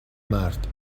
مرد